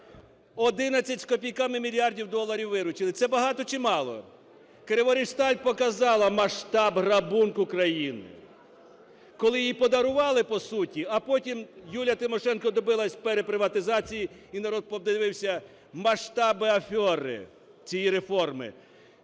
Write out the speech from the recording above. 11 з копійками мільярдів доларів виручили. Це багато чи мало? "Криворіжсталь" показала масштаб грабунку країни. Коли її подарували по суті, а потім Юлія Тимошенко добилась переприватизації, і народ подивився масштаби афери цієї реформи.